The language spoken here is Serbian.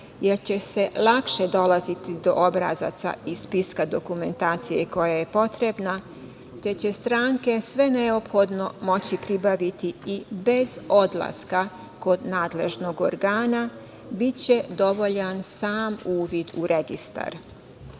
jer će se lakše dolaziti do obrazaca i spiska dokumentacije koja je potrebna, te će stranke sve neophodno moći pribaviti i bez odlaska kod nadležnog organa, biće dovoljan sam uvid u